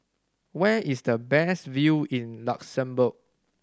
where is the best view in Luxembourg